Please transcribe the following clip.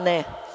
Ne.